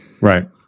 Right